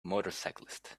motorcyclist